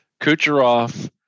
Kucherov